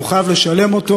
והוא חייב לשלם אותו.